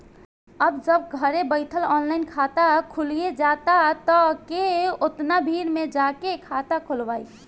अब जब घरे बइठल ऑनलाइन खाता खुलिये जाता त के ओतना भीड़ में जाके खाता खोलवाइ